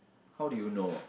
how do you know ah